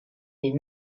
est